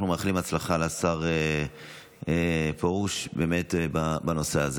אנחנו מאחלים הצלחה לשר פרוש בנושא הזה.